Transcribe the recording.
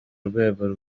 urwego